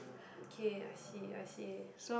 okay I see I see